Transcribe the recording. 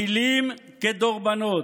מילים כדרבונות.